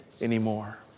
anymore